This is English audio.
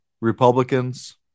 Republicans